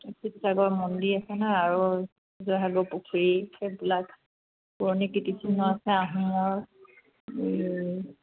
শিৱসাগৰ মন্দিৰ আছে ন আৰু জয়সাগৰ পুখুৰী সেইবিলাক পুৰণি কীৰ্তিচিহ্ন আছে আহোমৰ এই